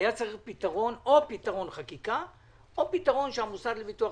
היה צריך או פתרון בחקיקה או פתרון שהמוסד לביטוח